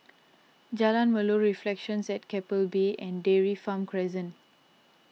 Jalan Melor Reflections at Keppel Bay and Dairy Farm Crescent